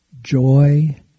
joy